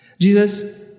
Jesus